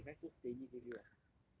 !wah! and that guy so steady gave you ah